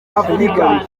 afurika